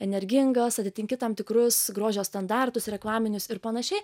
energingas atitinki tam tikrus grožio standartus reklaminius ir panašiai